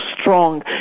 strong